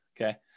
Okay